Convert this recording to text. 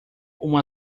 uma